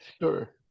Sure